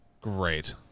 Great